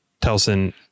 Telson